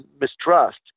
mistrust